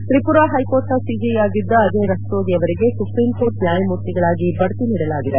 ತ್ರಿಪುರಾ ಹೈಕೋರ್ಟ್ನ ಸಿಜೆಯಾಗಿದ್ದ ಅಜಯ್ ರಸ್ತೋಗಿ ಅವರಿಗೆ ಸುಪ್ರೀಂಕೋರ್ಟ್ ನ್ಯಾಯಮೂರ್ತಿಗಳಾಗಿ ಬಡ್ತಿ ನೀಡಲಾಗಿದೆ